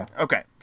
Okay